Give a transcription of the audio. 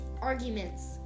Arguments